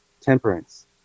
temperance